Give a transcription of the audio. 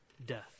death